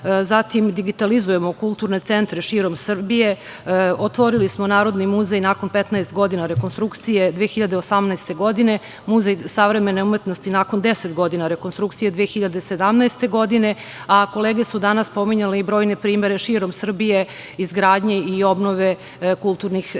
zatim digitalizujemo kulturne centre širom Srbije, otvorili smo Narodni muzej, nakon 15 godina rekonstrukcije, 2018. godine, Muzej savremene umetnosti, nakon 10 godina rekonstrukcije, 2017. godine, a kolege su danas pominjale brojne primere izgradnje i obnove kulturnih institucija